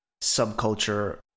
subculture